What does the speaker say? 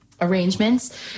arrangements